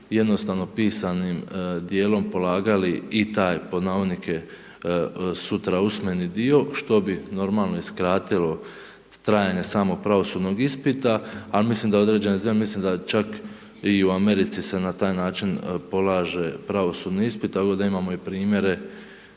jednostavno pisanim dijelom polagali i taj pod navodnike, sutra usmeni dio, što bi normalno, i skratilo trajanje samog pravosudnog ispita, ali mislim da određene zemlje, mislim da je čak i u Americi se na taj način polaže pravosudni ispit, tako da imamo i primjere